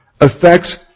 affects